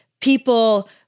people